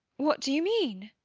what do you mean?